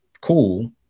cool